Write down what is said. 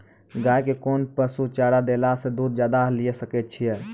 गाय के कोंन पसुचारा देला से दूध ज्यादा लिये सकय छियै?